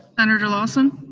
senator lawson?